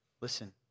Listen